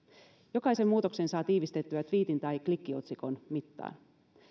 jokaisen muutoksen saa tiivistettyä tviitin tai klikkiotsikon mittaan